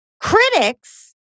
critics